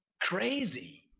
crazy